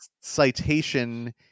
Citation